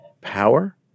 power